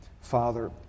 Father